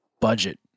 budget